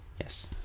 Yes